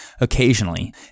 Occasionally